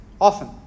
often